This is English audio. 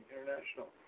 International